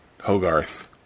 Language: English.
Hogarth